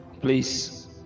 please